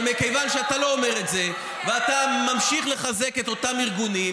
אבל מכיוון שאתה לא אומר את זה ואתה ממשיך לחזק את אותם ארגונים,